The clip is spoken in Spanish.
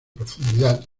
profundidad